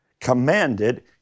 commanded